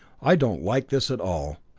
i don't like this at all.